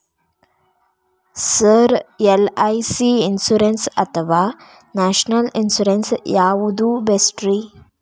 Sir LIC insurance ಅಥವಾ national insurance ಯಾವುದು ಬೆಸ್ಟ್ರಿ?